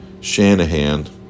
Shanahan